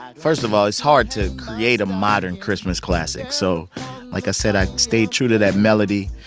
first of all, it's hard to create a modern christmas classic. so like i said, i stayed true to that melody.